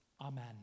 Amen